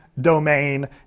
domain